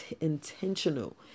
intentional